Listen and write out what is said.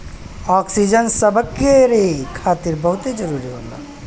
oxygen सभकरे खातिर बहुते जरूरी होला